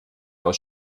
aus